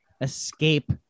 escape